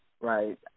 Right